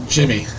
Jimmy